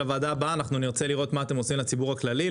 שלוועדה הבאה אנחנו נרצה לראות מה אתם עושים לציבור הכללי,